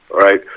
right